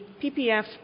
PPF